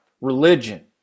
religion